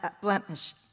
blemish